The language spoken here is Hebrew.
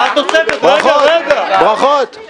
ברכות, ברכות.